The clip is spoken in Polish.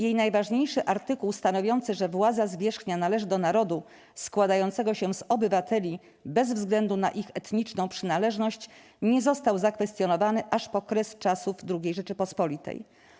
Jej najważniejszy artykuł stanowiący, że władza zwierzchnia należy do narodu składającego się z obywateli, bez względu na ich etniczną przynależność, nie został zakwestionowany aż po kres czasów II Rzeczypospolitej.